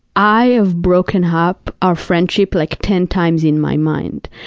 i have broken up our friendship like ten times in my mind.